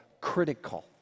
critical